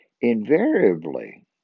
invariably